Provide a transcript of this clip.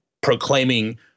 proclaiming